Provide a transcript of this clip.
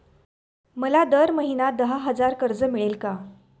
मला दर महिना दहा हजार कर्ज मिळेल का?